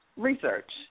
Research